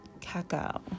cacao